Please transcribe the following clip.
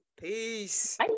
peace